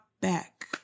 back